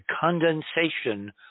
condensation